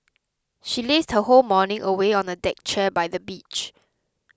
she lazed her whole morning away on a deck chair by the beach